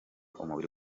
umubiri